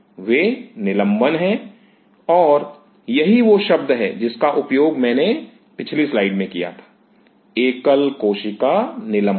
वे निलंबन हैं और यही वह शब्द है जिसका उपयोग मैंने पिछली स्लाइड में किया था एकल कोशिका निलंबन